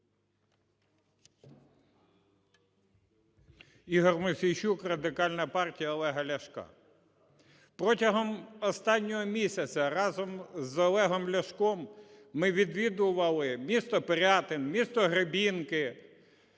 ІгорМосійчук, Радикальна партія Олега Ляшка. Протягом останнього місяця разом з Олегом Ляшком ми відвідували місто Пирятин, місто Гребінки,